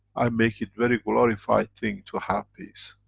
i make it very glorified thing to have peace.